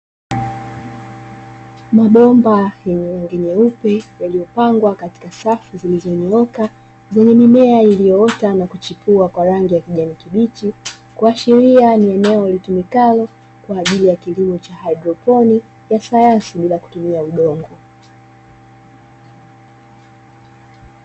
Mabomba yenye rangi nyeupe yaliyopangwa katika safu zilizonyooka zenye mimea iliyoota na kuchipua kwa rangi ya kijani kibichi, kuashiria ni eneo litumikalo kwa ajili ya kilimo cha haidroponi ya sayansi bila kutumia udongo.